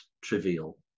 trivial